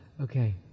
Okay